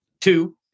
two